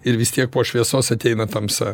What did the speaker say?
ir vis tiek po šviesos ateina tamsa